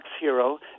Hero